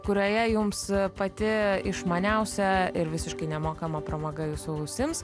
kurioje jums pati išmaniausia ir visiškai nemokama pramoga jūsų ausims